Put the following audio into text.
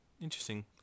Interesting